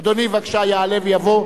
אדוני, בבקשה, יעלה ויבוא.